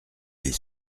les